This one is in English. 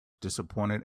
disappointed